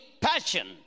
passion